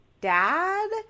dad